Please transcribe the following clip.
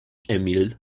emil